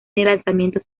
lanzamientos